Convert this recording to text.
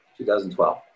2012